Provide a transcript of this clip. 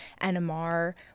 NMR